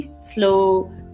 slow